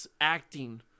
acting